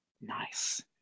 Nice